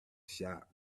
shop